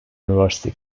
university